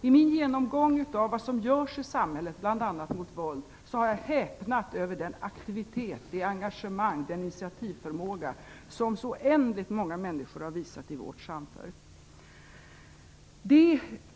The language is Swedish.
I min genomgång av vad som görs i samhället bl.a. mot våld har jag häpnat över den aktivitet, det engagemang och den initiativförmåga som så oändligt många människor har visat i vårt samhälle.